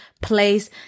place